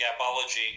gapology